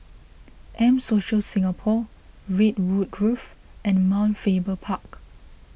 M Social Singapore Redwood Grove and Mount Faber Park